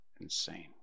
Insane